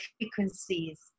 frequencies